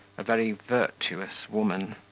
a very virtuous woman.